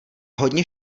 hodně